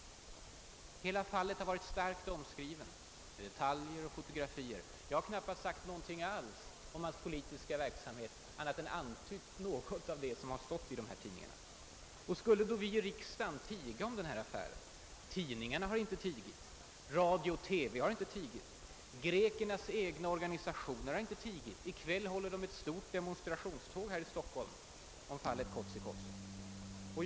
Hela fallet har varit mycket omskrivet med detaljer och fotografier. Jag har knappast sagt någonting alls om Kotzikos” politiska verksamhet; jag har bara antytt något av det som har stått i tidningarna. Skulle då vi i riksdagen tiga om den här affären? Tidningarna har inte tigit. Radio och TV har inte tigit. Grekernas egna organisationer har inte tigit. I kväll håller de en stor demonstration här i Stockholm med anledning av fallet Kotzikos.